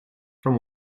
from